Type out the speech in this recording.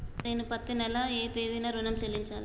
నేను పత్తి నెల ఏ తేదీనా ఋణం చెల్లించాలి?